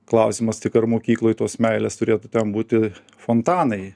klausimas tik ar mokykloj tos meilės turėtų būti fontanai